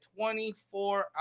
24